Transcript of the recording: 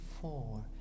four